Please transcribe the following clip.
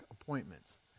appointments